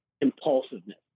impulsiveness